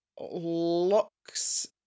locks